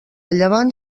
llevant